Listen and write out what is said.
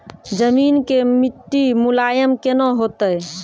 जमीन के मिट्टी मुलायम केना होतै?